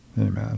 Amen